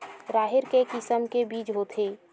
राहेर के किसम के बीज होथे?